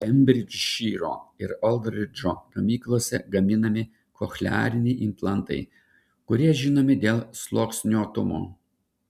kembridžšyro ir oldridžo gamyklose gaminami kochleariniai implantai kurie žinomi dėl sluoksniuotumo